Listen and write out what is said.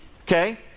Okay